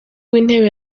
w’intebe